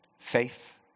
Faith